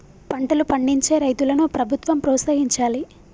పంటలు పండించే రైతులను ప్రభుత్వం ప్రోత్సహించాలి